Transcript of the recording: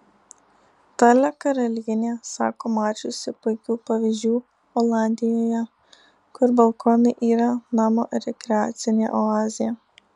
dalia karalienė sako mačiusi puikių pavyzdžių olandijoje kur balkonai yra namo rekreacinė oazė